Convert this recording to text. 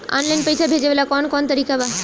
Online पइसा भेजेला कवन कवन तरीका बा?